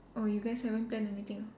orh you guys haven't plan anything ah